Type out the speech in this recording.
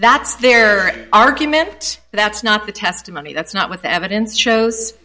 that's their argument that's not the testimony that's not what the evidence shows